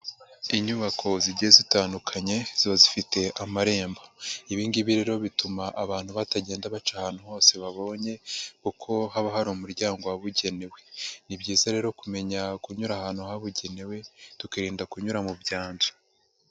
Inyubako zigiye zitandukanye ziba zifite amarembo. Ibi ngibi rero bituma abantu batagenda baca ahantu hose babonye, kuko haba hari umuryango wabugenewe. Ni byiza rero kumenya kunyura ahantu habugenewe tukirinda kunyura mu byanzu.